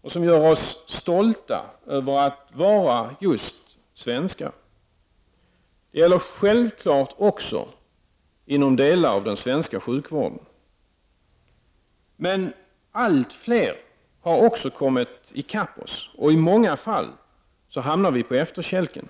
och som gör oss stolta över att vara just svenskar. Detta gäller självfallet också inom delar av den svenska sjukvården. Men allt fler har kommit i kapp oss, och i många fall hamnar vi på efterkälken.